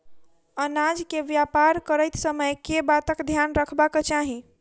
अनाज केँ व्यापार करैत समय केँ बातक ध्यान रखबाक चाहि?